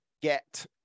get